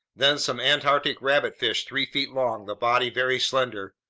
then some antarctic rabbitfish three feet long, the body very slender,